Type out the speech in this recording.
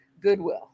goodwill